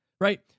right